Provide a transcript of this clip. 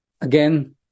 again